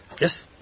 Yes